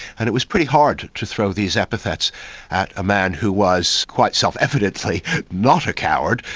and it was pretty hard to throw these epithets at a man who was quite self-evidently not a coward,